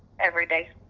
every day.